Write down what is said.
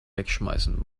wegschmeißen